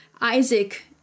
Isaac